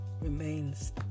remains